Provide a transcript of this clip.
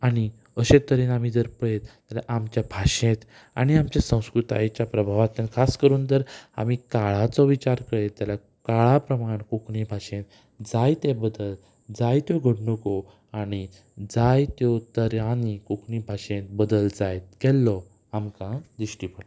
आनी अशे तरेन आमी जर पळयत जाल्यार आमच्या भाशेंत आनी आमच्या संस्कृतायेच्या प्रभावांतल्यान खास करून जर आमी काळाचो विचार करीत जाल्यार काळा प्रमाण कोंकणी भाशेंत जायते बदल जायत्यो घडणुको आनी जायत्यो तरांनी कोंकणी भाशेंत बदल जायत गेल्लो आमकां दिश्टी पडटा